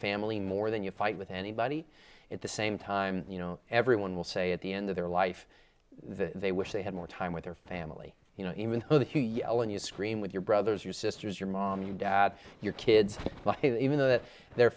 family more than you fight with anybody at the same time you know everyone will say at the end of their life they wish they had more time with their family you know even though that you yell and scream with your brothers your sisters your mom your dad your kids but even that they're